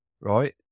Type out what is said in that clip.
right